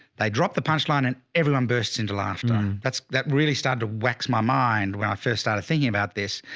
they dropped the punchline and everyone bursts into laughter. that's, that really started to wax my mind when i first started thinking about this.